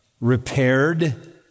repaired